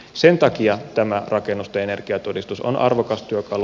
sen takia tämä rakennusten energiatodistus on arvokas työkalu